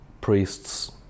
priests